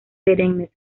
perennes